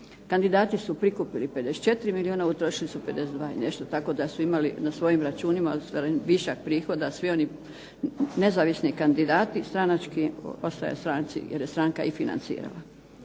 Kandidati su prikupili 54 milijuna, utrošili su 52 i nešto tako da su imali na svojim računima ostvaren višak prihoda. Svi oni nezavisni kandidati stranački, ostaje stranci jer je stranka i financirala.